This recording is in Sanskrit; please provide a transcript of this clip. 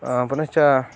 पुनश्च